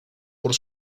por